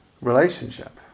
relationship